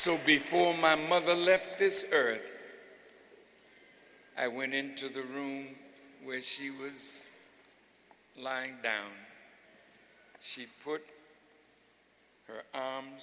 so before my mother left this earth i went into the room where she was lying down she put